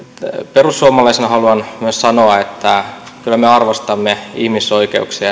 perussuomalaisena haluan myös sanoa että kyllä me arvostamme ihmisoikeuksia